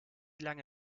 lange